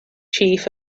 chief